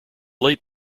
late